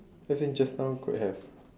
as in just now could have